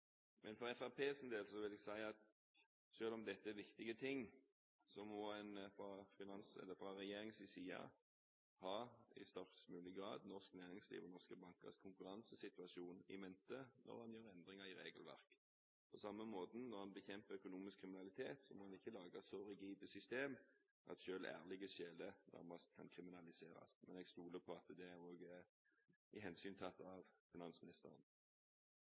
Men for Fremskrittspartiets del vil jeg si at selv om dette er viktige ting, må man fra regjeringens side – i størst mulig grad – ha norsk næringslivs og norske bankers konkurransesituasjon i mente når man gjør endringer i regelverk. På samme måte som når man bekjemper økonomisk kriminalitet, må man ikke lage så rigide system at selv ærlige sjeler nærmest kriminaliseres. Men jeg stoler på at det blir hensyntatt av finansministeren. Det er ikke grunnlag for mye polemikk om ulike standpunkt her, mye av